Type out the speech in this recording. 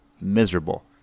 miserable